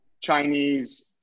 Chinese